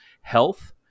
health